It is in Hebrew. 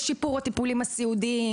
לשיפור הטיפולים הסיעודיים,